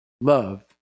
love